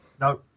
No